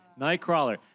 Nightcrawler